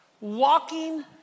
walking